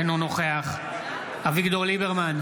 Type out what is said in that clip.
אינו נוכח אביגדור ליברמן,